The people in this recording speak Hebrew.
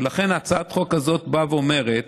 ולכן הצעת החוק הזאת באה ואומרת